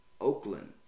Oakland